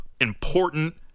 important